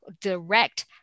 direct